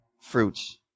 fruits